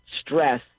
stress